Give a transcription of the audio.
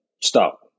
stop